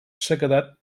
sequedat